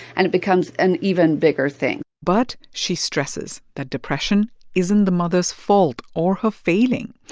and it becomes an even bigger thing but she stresses that depression isn't the mother's fault or her failing.